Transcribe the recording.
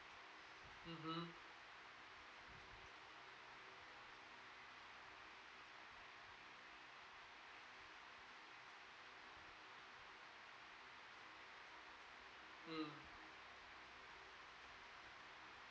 mmhmm mm